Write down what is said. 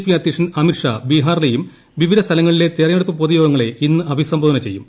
P അധ്യക്ഷൻ അമിത്ഷാ ബീഹാറിലെയും വിവിധ സ്ഥലങ്ങളിലെ തിരഞ്ഞെടുപ്പ് പൊതുയോഗങ്ങളെ ഇന്ന് അഭിസംബോധന ചെയ്യും